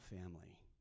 family